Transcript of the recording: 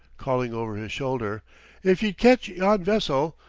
calling over his shoulder if ye'd catch yon vessel,